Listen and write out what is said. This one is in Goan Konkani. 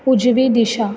उजवी दिशा